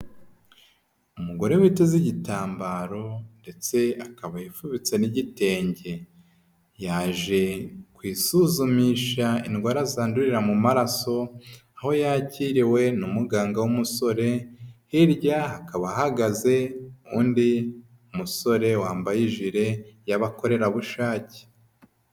Umugore witeze igitambaro ndetse akaba yifubitse n'igitenge, yaje kwisuzumisha indwara zandurira mu maraso, aho yakiriwe na muganga w'umusore, hirya hakaba hahagaze undi musore wambaye ijire y'abakorerabushake.